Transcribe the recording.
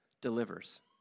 delivers